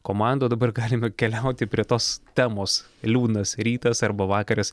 komanda o dabar galime keliauti prie tos temos liūdnas rytas arba vakaras